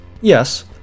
Yes